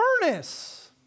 furnace